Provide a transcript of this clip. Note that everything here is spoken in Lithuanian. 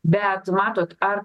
bet matot ar